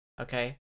Okay